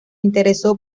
interesó